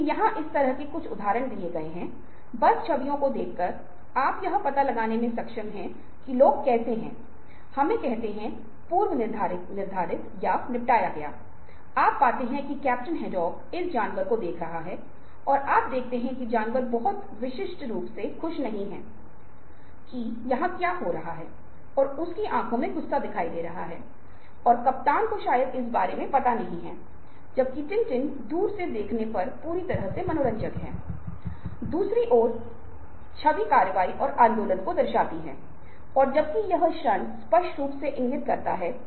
अब यहाँ एक तरीका है कि रवैया बदल सकता है उदाहरण के लिए अगर आप ५० साल पहले भी देख रहे हैं तो नीग्रो एक बुरा शब्द नहीं था लेकिन आज अगर आप किसी को नीग्रो या निगर कहते हैं तो यह एक बुरा शब्द माना जाता है यह कुछ बुरा है और ऐसा इसलिए है क्योंकि आप देखते हैं कि सामाजिक सांस्कृतिक कारणों से और विभिन्न प्रकार के संदर्भों में यह शब्द धीरे धीरे निषेध शब्द बन गया है यह शब्द निषिद्ध है जिसका उपयोग सभ्य समाज में नहीं किया जाता है लेकिन अगर आप इससे पहले के उपन्यासों को देख रहे हैं तो आप पाते हैं कि नीग्रो या निगर काफी व्यापक फैले हुए शब्द हैं और उन्हें स्वीकार किया जाता है